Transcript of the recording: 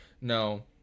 no